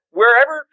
wherever